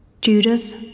Judas